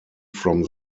from